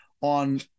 on